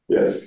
Yes